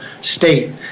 state